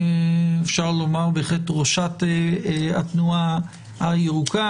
אפשר לומר בהחלט ראשת התנועה הירוקה,